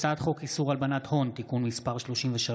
הצעת חוק איסור הלבנת הון (תיקון מס' 33)